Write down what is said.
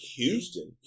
Houston